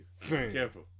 careful